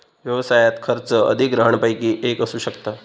व्यवसायात खर्च अधिग्रहणपैकी एक असू शकता